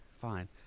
Fine